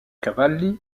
cavalli